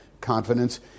confidence